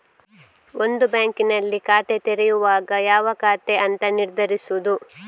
ಒಂದು ಬ್ಯಾಂಕಿನಲ್ಲಿ ಖಾತೆ ತೆರೆಯುವಾಗ ಯಾವ ಖಾತೆ ಅಂತ ನಿರ್ಧರಿಸುದು